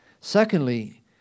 Secondly